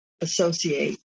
associate